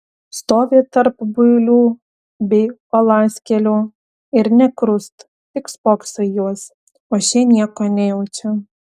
stovi tarp builių bei uolaskėlių ir nė krust tik spokso į juos o šie nieko nejaučia